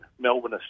Melbourne